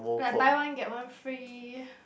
like buy one get one free